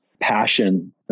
passion